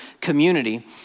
community